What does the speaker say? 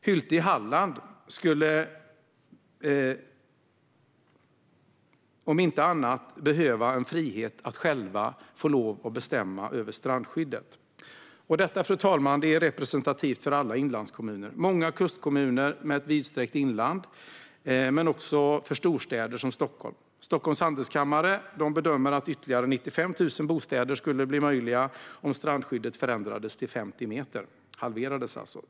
Hylte i Halland skulle om inte annat behöva en frihet att själv bestämma över strandskyddet. Detta, fru talman, är representativt för alla inlandskommuner, för många kustkommuner med ett vidsträckt inland men också för storstäder som Stockholm. Stockholms handelskammare bedömer att ytterligare 95 000 bostäder skulle bli möjliga om strandskyddet halverades och förändrades till 50 meter.